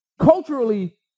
culturally